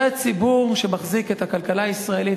זה הציבור שמחזיק את הכלכלה הישראלית,